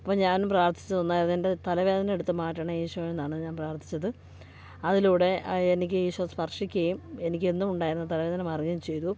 അപ്പം ഞാൻ പ്രാർത്ഥിച്ചതൊന്നായിരുന്നു എൻ്റെ തലവേദന എടുത്ത് മാറ്റണമേ ഈശോയെന്നാണ് ഞാൻ പ്രാർത്ഥിച്ചത് അതിലൂടെ എനിക്ക് ഈശോ സ്പർശിക്കുകയും എനിക്ക് എന്നുമുണ്ടായിരുന്ന തലവേദന മാറുകയും ചെയ്തു